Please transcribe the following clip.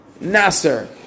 Nasser